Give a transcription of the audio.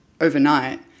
overnight